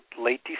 late